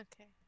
Okay